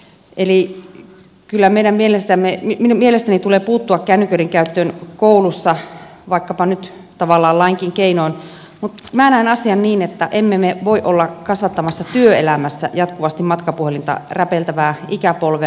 eli kyllä meidän mielestäni tulee puuttua kännyköiden käyttöön koulussa vaikkapa nyt tavallaan lainkin keinoin mutta minä näen asian niin että emme me voi olla kasvattamassa työelämässä jatkuvasti matkapuhelinta räpeltävää ikäpolvea